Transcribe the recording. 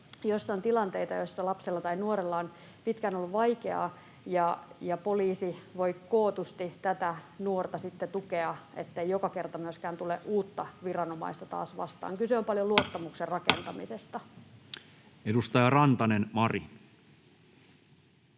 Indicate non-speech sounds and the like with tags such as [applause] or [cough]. jos on tilanteita, joissa lapsella tai nuorella on pitkään ollut vaikeaa, ja poliisi voi kootusti tätä nuorta sitten tukea, ettei joka kerta tule taas uutta viranomaista vastaan. Kyse on [noise] paljon luottamuksen rakentamisesta. Edustaja Rantanen, Mari.